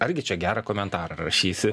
argi čia gerą komentarą rašysi